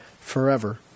forever